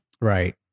right